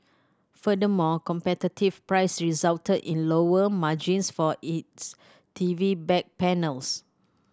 furthermore competitive price resulted in lower margins for its T V back panels